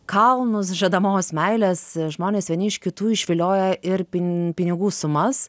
kalnus žadamos meilės žmonės vieni iš kitų išvilioja ir pin pinigų sumas